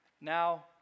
now